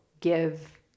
give